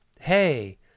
hey